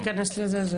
על תיכנס לזה.